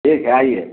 ठीक है आइए